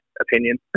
opinion